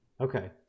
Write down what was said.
Okay